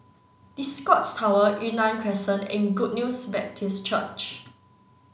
the Scotts Tower Yunnan Crescent and Good News Baptist Church